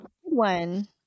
one